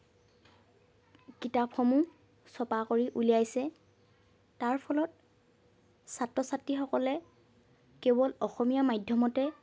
কিতাপসমূহ ছপা কৰি উলিয়াইছে তাৰ ফলত ছাত্ৰ ছাত্ৰী সকলে কেৱল অসমীয়া মাধ্যমতে